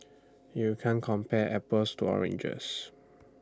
you can't compare apples to oranges